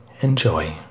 Enjoy